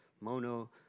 Mono